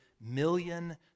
million